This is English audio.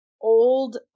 old